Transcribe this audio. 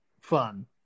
fun